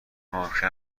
ممکن